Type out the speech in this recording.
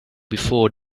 before